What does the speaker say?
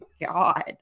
god